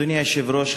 אדוני היושב-ראש,